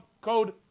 code